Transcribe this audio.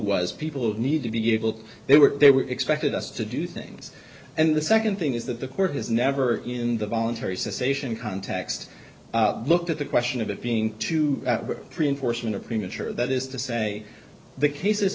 was people need to be able they were they were expected us to do things and the second thing is that the court has never in the voluntary cessation context looked at the question of it being too pre enforcement or premature that is to say the cases